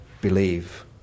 Believe